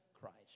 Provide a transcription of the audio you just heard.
Christ